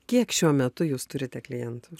kiek šiuo metu jūs turite klientų